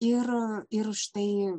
ir ir štai